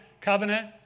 covenant